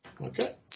Okay